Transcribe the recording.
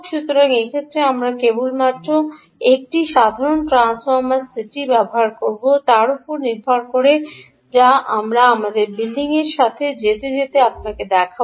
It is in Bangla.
সুতরাং এই ক্ষেত্রে আমরা কেবলমাত্র একটি সাধারণ ট্রান্সফর্মার সি টি ব্যবহার করব তার উপর নির্ভর করে যা আমরা আমাদের বিল্ডিংয়ের সাথে যেতে যেতে আপনাকে দেখাব